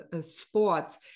sports